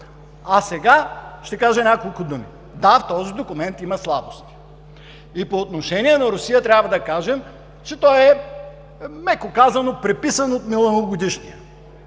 А сега ще кажа няколко думи: да, този документ има слабости. И по отношение на Русия трябва да кажем, че той е, меко казано, преписан от миналогодишния,